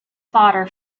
fodder